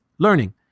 Learning